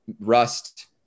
rust